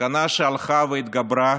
הסכנה שהלכה והתגברה